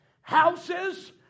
houses